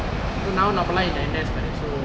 so now நம்பெல்லாம்:nambellaam in N_S பாரு:paaru so